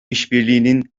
işbirliğinin